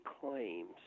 claims